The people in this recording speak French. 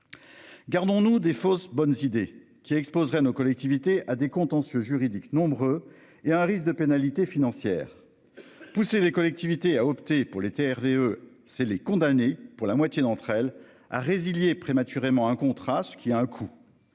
Gardons-nous des fausses bonnes idées qui exposerait nos collectivités à des contentieux juridiques nombreux et un risque de pénalités financières. Pousser les collectivités a opté pour l'été. Hervé eux c'est les condamner pour la moitié d'entre elles a résilié prématurément un contrat ce qui a un coût.